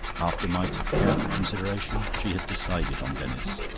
after a night of careful consideration she had decided on denis.